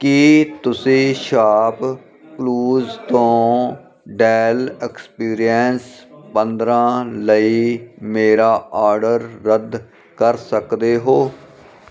ਕੀ ਤੁਸੀਂ ShopClues ਤੋਂ Dell experience ਪੰਦਰਾਂ ਲਈ ਮੇਰਾ ਆਡਰ ਰੱਦ ਕਰ ਸਕਦੇ ਹੋ